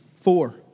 Four